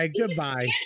Goodbye